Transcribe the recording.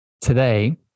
Today